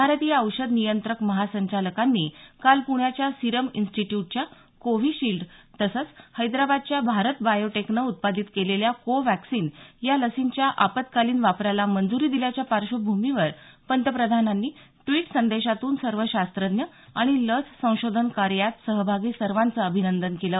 भारतीय औषध नियंत्रक महासंचालकांनी काल पुण्याच्या सीरम इन्स्टिट्यूटच्या कोव्हिशील्ड तसंच हैदराबादच्या भारत बायोटेकने उत्पादित केलेल्या को व्हॅक्सिन या लसींच्या आपत्कालीन वापराला मंजूरी दिल्याच्या पार्श्वभूमीवर पंतप्रधानांनी ट्वीट संदेशातून सर्व शास्त्रज्ञ आणि लस संशोधन कार्यात सहभागी सर्वांचं अभिनंदन केलं